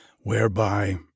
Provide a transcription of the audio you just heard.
whereby